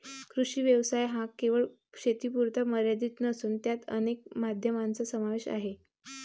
कृषी व्यवसाय हा केवळ शेतीपुरता मर्यादित नसून त्यात अनेक माध्यमांचा समावेश आहे